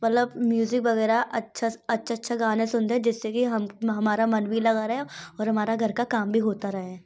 मतलब म्यूज़िक वग़ैरह अच्छा से अच्छा अच्छा गाना सुनते हैं जिससे कि हम हमारा मन भी लगा रहे और हमारा घर का काम भी होता रहे